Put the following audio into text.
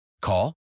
Call